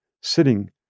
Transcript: sitting